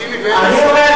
מה דוח טליה ששון?